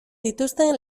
dituzten